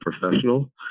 professional